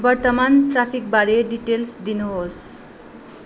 वर्तमान ट्राफिकबारे डिटेल्स दिनुहोस्